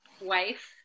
Wife